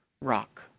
rock